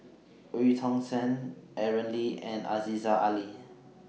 EU Tong Sen Aaron Lee and Aziza Ali